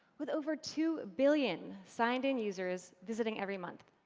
with over two billion signed-in users visiting every month.